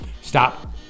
Stop